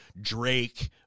Drake